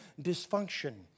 dysfunction